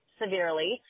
severely